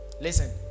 listen